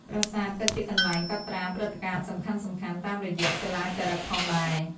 ប្រាសាទក៏ជាកន្លែងកត់ត្រាព្រឹត្តិការណ៍សំខាន់ៗតាមរយៈសិលាចារឹកផងដែរ។